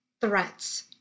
threats